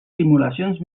simulacions